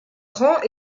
rend